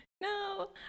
No